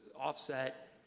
offset